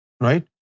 right